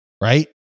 right